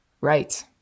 Right